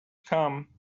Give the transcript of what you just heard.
come